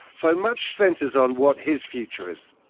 so much centres on what his future is.